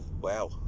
Wow